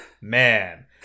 man